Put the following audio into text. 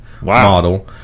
model